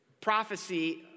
prophecy